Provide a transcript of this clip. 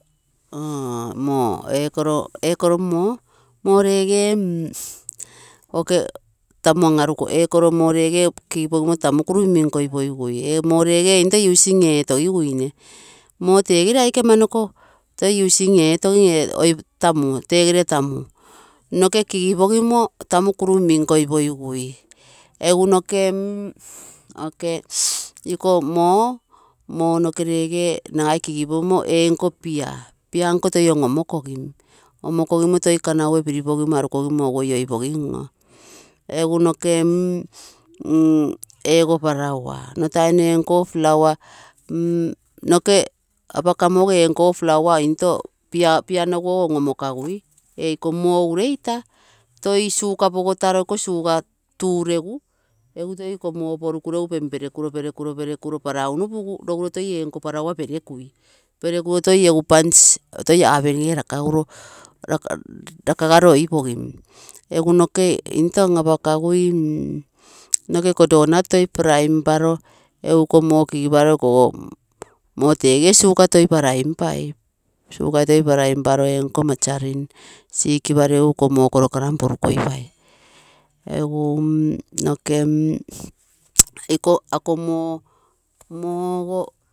Mm, moo, eekoro moo, moo reegee tamu an, aru kogiguine. Ee koro moo rege kigipogimo tamu kuru min, minkoipogigui. Ee moo reegee into using eetogiguine, moo teegere aike amanoko using etogigui teegere tamu, noke kigipogimo, tamu kuru min, minkoipogigui, egu noke iko moo, moo regee nagai kigipogimo ee nko pia nko toi on, omokogin, omokogimo toi kanaue piripogimo toi egu arukogimo oioipogim, eego flour, nno tainolo, noke apakamo ee nkogo flour pla nkogo on, omokagui, ee iko moo ureita toi sugar pogotaro sugar tuu, regu egu toi iko moo porukuro, perekuro, perekuro brown regu, roguro toi ee nko flour perekui, perekuro toi oven gere rakaguro, rakagaro oipogim egu noke into, an-apakagui, nagai iko dounat toi rakagaro, iko moo kigiparo ikogo moo teegere sugar toi frying etal, sugar toi frying etai ee nko magarin sikiparo egu iko moo koro karami porukoipai, egu noke ako moo ogo.